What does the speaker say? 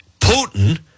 Putin